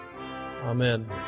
Amen